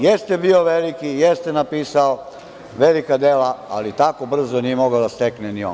Jeste bio veliki, jeste napisao velika dela, ali tako brzo nije mogao da stekne ni on.